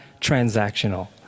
transactional